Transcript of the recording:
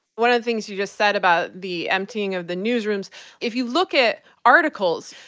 one of the things you just said about the emptying of the newsrooms if you look at articles,